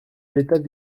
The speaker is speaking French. l’état